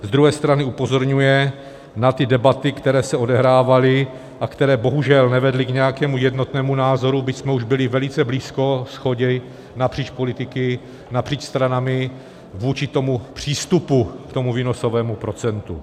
Z druhé strany upozorňuje na debaty, které se odehrávaly a které bohužel nevedly k nějakému jednotnému názoru, byť jsme už byli velice blízko shodě napříč politiky, napříč stranami vůči přístupu k tomu výnosovému procentu.